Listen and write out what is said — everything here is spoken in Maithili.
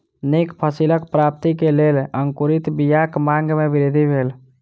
नीक फसिलक प्राप्ति के लेल अंकुरित बीयाक मांग में वृद्धि भेल